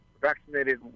vaccinated